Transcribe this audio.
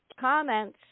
comments